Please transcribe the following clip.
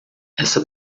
essa